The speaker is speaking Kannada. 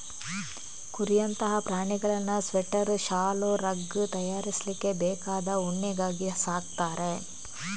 ಕುರಿಯಂತಹ ಪ್ರಾಣಿಗಳನ್ನ ಸ್ವೆಟರ್, ಶಾಲು, ರಗ್ ತಯಾರಿಸ್ಲಿಕ್ಕೆ ಬೇಕಾದ ಉಣ್ಣೆಗಾಗಿ ಸಾಕ್ತಾರೆ